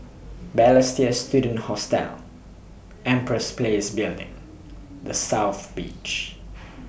Balestier Student Hostel Empress Place Building The South Beach